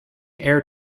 air